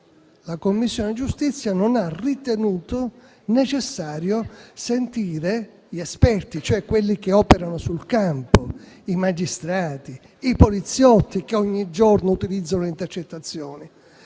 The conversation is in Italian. la Commissione giustizia non ha ritenuto necessario sentire gli esperti, cioè quelli che operano sul campo, ossia i magistrati o i poliziotti che ogni giorno utilizzano le intercettazioni.